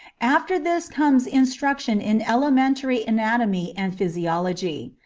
after this comes instruction in elementary anatomy and physiology.